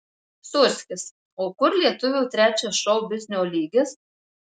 sūrskis o kur lietuvių trečias šou biznio lygis